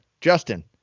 Justin